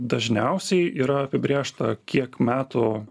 dažniausiai yra apibrėžta kiek metų